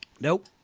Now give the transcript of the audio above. Nope